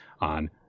on